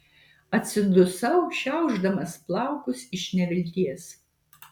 atsidusau šiaušdamas plaukus iš nevilties